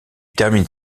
termine